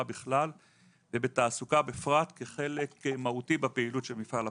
בכלל ובתעסוקה בפרט כחלק מהותי מהפעילות של משרד הפיס.